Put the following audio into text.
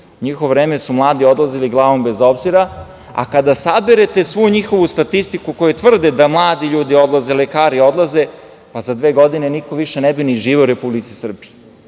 njihovo vreme su mladi odlazili glavom bez obzira. Kada saberete svu njihovu statistiku koji tvrde da mladi ljudi odlaze, lekari odlaze, pa za dve godine niko više ne bi ni živeo u Republici Srbiji.E,